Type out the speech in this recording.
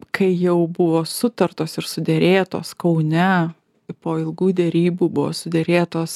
kai jau buvo sutartos ir suderėtos kaune po ilgų derybų buvo suderėtos